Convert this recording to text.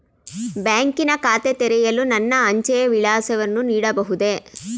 ಬ್ಯಾಂಕಿನ ಖಾತೆ ತೆರೆಯಲು ನನ್ನ ಅಂಚೆಯ ವಿಳಾಸವನ್ನು ನೀಡಬಹುದೇ?